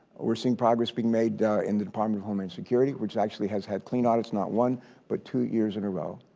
we're seeing progress being made in the department of homeland security, which actually has had clean audits not one but two years in a row.